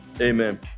Amen